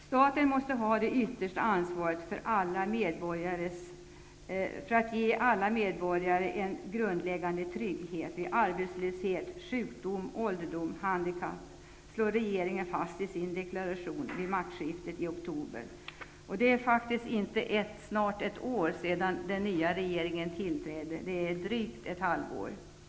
''Staten måste ha det yttersta ansvaret för att alla medborgare ges en grundläggande trygghet vid arbetslöshet, sjukdom, ålderdom och handikapp.'' Detta har regeringen slagit fast i sin deklaration vid maktskiftet i oktober. Det är faktiskt inte nästan ett år sedan den nya regeringen tillträdde, utan det är bara drygt ett halvår sedan det skedde.